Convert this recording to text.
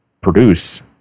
produce